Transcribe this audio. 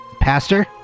Pastor